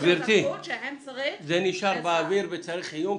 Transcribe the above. זה נשאר באוויר ובצריך עיון.